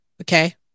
Okay